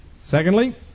secondly